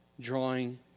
drawing